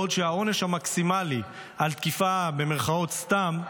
בעוד העונש המקסימלי על תקיפה "סתם",